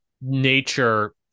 nature